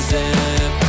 zip